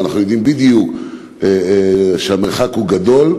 אבל אנחנו יודעים בדיוק שהמרחק הוא גדול.